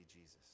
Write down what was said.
Jesus